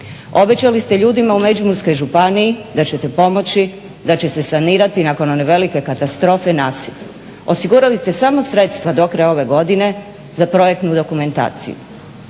Obećali ste ljudima u Međimurskoj županiji da ćete pomoći, da će se sanirati nakon one velike katastrofe nasip. Osigurali ste samo sredstva do kraja ove godine za projektnu dokumentaciju.